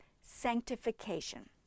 sanctification